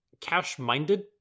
cash-minded